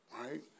right